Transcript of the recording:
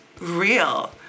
real